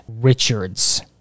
Richards